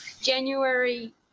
january